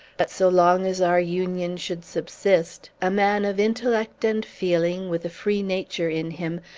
but, so long as our union should subsist, a man of intellect and feeling, with a free nature in him,